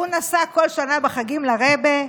הוא נסע בכל שנה לחגים לרעבע,